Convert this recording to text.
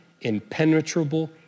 impenetrable